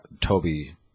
Toby